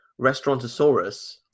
Restaurantosaurus